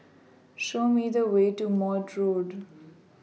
Show Me The Way to Maude Road